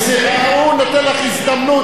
הוא נותן לך הזדמנות.